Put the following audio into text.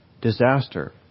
disaster